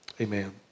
Amen